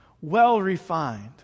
well-refined